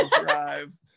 drive